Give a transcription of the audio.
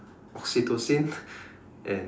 oxytocin and